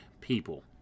people